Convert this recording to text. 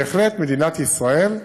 בהחלט מדינת ישראל,